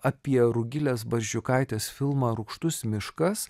apie rugilės barzdžiukaitės filmą rūgštus miškas